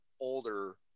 older –